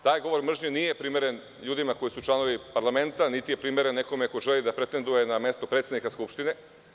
Taj govor mržnje nije primeren ljudima koji su članovi parlamenta, niti je primeren nekome ko želi da pretenduje na mesto predsednika Skupštine.